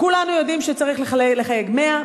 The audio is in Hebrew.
כולנו יודעים שצריך לחייג 100,